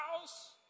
house